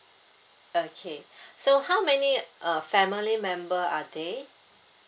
okay so how many uh family member are they